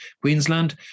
Queensland